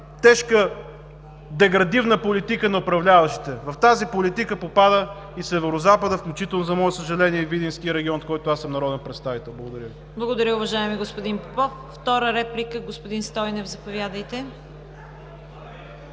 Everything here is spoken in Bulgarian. тежка деградивна политика на управляващите. В тази политика попада и Северозападът, включително, за мое съжаление, и Видинският район, от който аз съм народен представител. Благодаря. ПРЕДСЕДАТЕЛ ЦВЕТА КАРАЯНЧЕВА: Благодаря, уважаеми господин Попов. Втора реплика? Господин Стойнев, заповядайте.